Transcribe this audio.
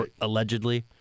allegedly